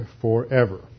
forever